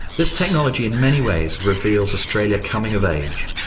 this technology in many ways reveals australia coming of age,